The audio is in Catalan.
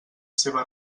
seva